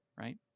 right